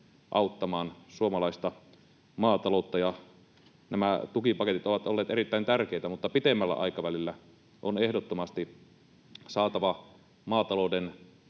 auttamaan suomalaista maataloutta, ja nämä tukipaketit ovat olleet erittäin tärkeitä, mutta pitemmällä aikavälillä on ehdottomasti saatava maatalouden